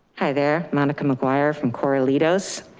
hi there. monica mcguire from cora litos.